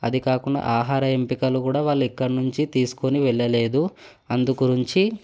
అది కాకుండా ఆహార ఎంపికలు కూడా వాళ్ళు ఇక్కడి నుంచి తీసుకొని వెళ్ళలేదు అందుగురించి